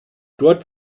dort